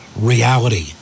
reality